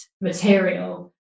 material